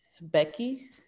Becky